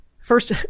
First